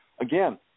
again